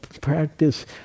practice